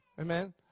Amen